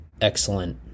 excellent